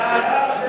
תודה רבה.